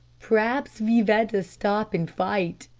p'raps ve better stop and fight!